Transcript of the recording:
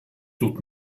dort